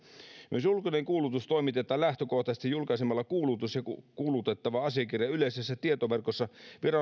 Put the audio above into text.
myös julkinen kuulutus toimitetaan lähtökohtaisesti julkaisemalla kuulutus ja kuulutettava asiakirja yleisessä tietoverkossa